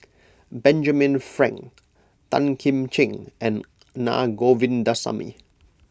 Benjamin Frank Tan Kim Ching and Na Govindasamy